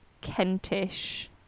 Kentish